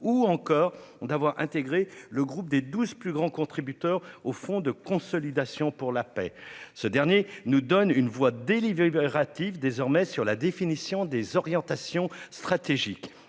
ou encore d'avoir intégré le groupe des douze plus grands contributeurs au Fonds de consolidation pour la paix, ce qui nous donne voix délibérative sur la définition des orientations stratégiques.